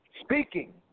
Speaking